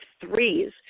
threes